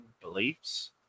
beliefs